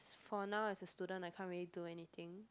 for now as a student I can't really do anything